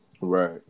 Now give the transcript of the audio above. Right